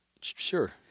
sure